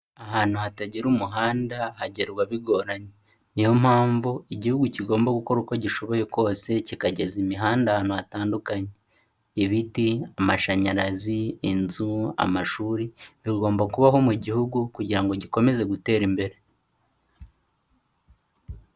Ahantu hatagera umuhanda, hagerwa bigoranye. Ni yo mpamvu igihugu kigomba gukora uko gishoboye kose, kikageza imihanda ahantu hatandukanye. Ibiti, amashanyarazi, inzu, amashuri bigomba kubaho mu gihugu kugira ngo gikomeze gutera imbere.